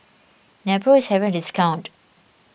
Nepro is having a discount